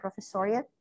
professoriate